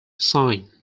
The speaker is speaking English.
signed